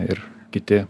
ir kiti